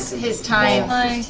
his time.